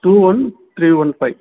two one three one five